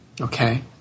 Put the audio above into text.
okay